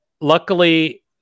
luckily